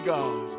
God